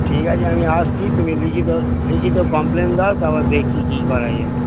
ঠিক আছে আমি আসছি তুমি লিখিত লিখিত কমপ্লেন দাও তারপর দেখছি কী করা যায়